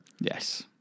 Yes